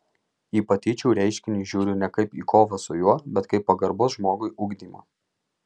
į patyčių reiškinį žiūriu ne kaip į kovą su juo bet kaip pagarbos žmogui ugdymą